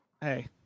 Hey